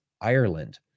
Ireland